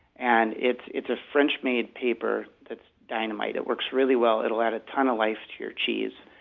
and it's it's a french-made paper that's dynamite. it works really well it'll add a ton of life to your cheese.